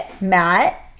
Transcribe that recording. Matt